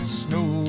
snow